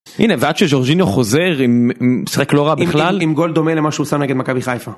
הנה ועד שג'ורג'יניו חוזר עם משחק לא רע בכלל, עם גול דומה למה שהוא שם נגד מכבי חיפה.